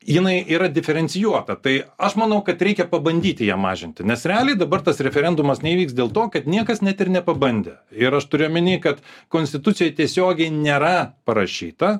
jinai yra diferencijuota tai aš manau kad reikia pabandyti ją mažinti nes realiai dabar tas referendumas neįvyks dėl to kad niekas net ir nepabandė ir aš turiu omeny kad konstitucijoje tiesiogiai nėra parašyta